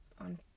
on